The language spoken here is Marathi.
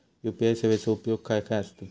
यू.पी.आय सेवेचा उपयोग खाय खाय होता?